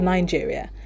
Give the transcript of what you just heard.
Nigeria